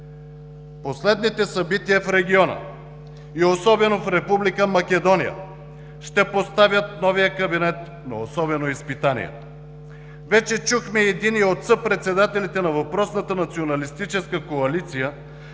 Последните събития в региона и особено в Република Македония ще поставят новия кабинет на особено изпитание. Вече чухме и единия от съпредседателите на въпросната националистическа коалиция